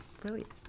Brilliant